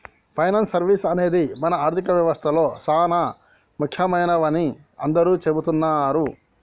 finance services అనేవి మన ఆర్థిక వ్యవస్తలో చానా ముఖ్యమైనవని అందరూ చెబుతున్నరు